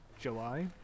July